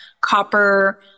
copper